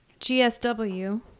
GSW